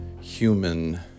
human